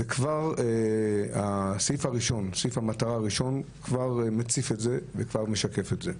כבר סעיף המטרה הראשון מציף את זה ומשקף את זה.